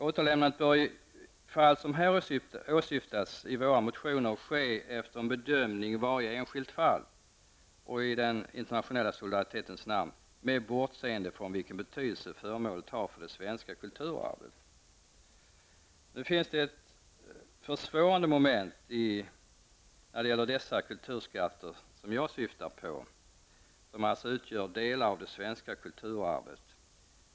Återlämnandet bör i fall som åsyftas i våra motioner ske efter en bedömning i varje enskilt fall och, i den internationella solidaritetens namn, med bortseende från vilken betydelse föremålet har för det svenska kulturarvet. Det finns emellertid ett försvårande moment när det gäller de kulturskatter jag syftar på, vilka utgör delar av det svenska kulturarvet.